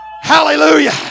Hallelujah